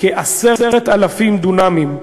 כ-10,000 דונמים.